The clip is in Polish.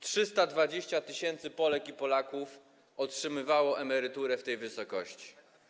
320 tys. Polek i Polaków otrzymywało emeryturę w tej wysokości.